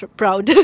proud